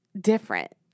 different